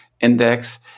index